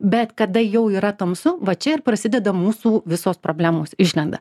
bet kada jau yra tamsu va čia ir prasideda mūsų visos problemos išlenda